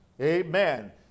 Amen